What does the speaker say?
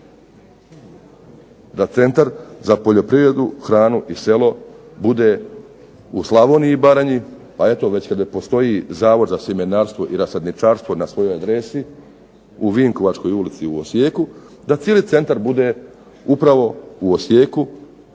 da Centar za poljoprivredu, hranu i selo bude u Slavoniji i Baranji, a eto već postoji Zavod za sjemenarstvo i rasadničarstvo na svojoj adresi u Vinkovačkoj ulici u Osijeku, da cijeli centar bude upravo u Osijeku,